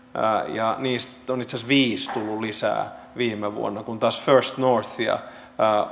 ja itse asiassa viisi on tullut lisää viime vuonna kun taas first northia